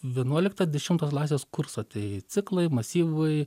vienuoliktą dešimtos klasės kursą tai ciklai masyvai